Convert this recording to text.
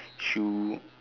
shoe